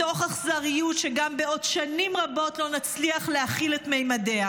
מתוך אכזריות שגם בעוד שנים רבות לא נצליח להכיל את ממדיה,